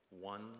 one